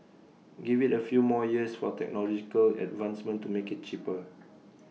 give IT A few more years for technological advancement to make IT cheaper